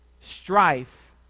strife